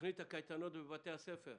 תוכניות הקייטנות של בתי הספר,